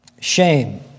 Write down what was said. shame